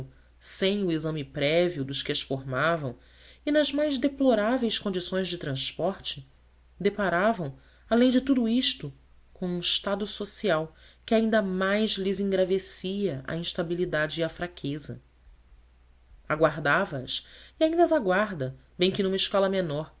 sem o exame prévio dos que as formavam e nas mais deploráveis condições de transporte deparavam além de tudo isto com um estado social que ainda mais lhes engravescia a instabilidade e a fraqueza aguardava as e ainda as aguarda bem que numa escala menor